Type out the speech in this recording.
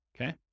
Okay